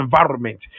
environment